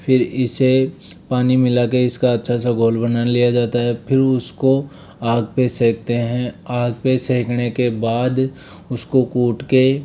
फिर इसे पानी मिला कर इसका अच्छा सा घोल बना लिया जाता है फिर उसको आग पर सेंकते हैं आग पर सेंकने के बाद उसको कूट कर